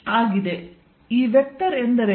ಮತ್ತು ಈ ವೆಕ್ಟರ್ ಎಂದರೇನು